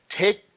Take